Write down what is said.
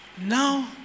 Now